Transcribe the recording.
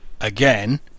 again